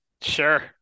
Sure